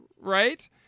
right